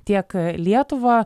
tiek lietuvą